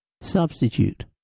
substitute